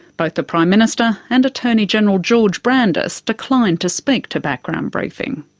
both the prime minister and attorney general george brandis declined to speak to background briefing.